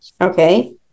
okay